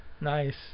Nice